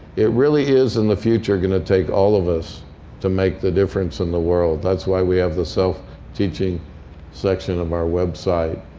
it really is, in the future, going to take all of us to make the difference in the world. that's why we have the so self-teaching section of our website.